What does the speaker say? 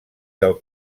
del